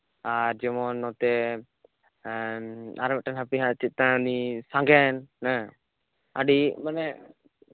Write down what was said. ᱟᱨ ᱱᱚᱛᱮ ᱡᱮᱢᱚᱱ ᱟᱨᱢᱤᱫᱴᱮᱱ ᱢᱮᱱᱟᱭᱟ ᱦᱟᱯᱮ ᱦᱟᱜ ᱪᱮᱫ ᱛᱟᱭ ᱧᱩᱛᱩᱢ ᱥᱟᱜᱮᱱ ᱟᱹᱰᱤ ᱢᱟᱱᱮ